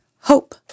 hope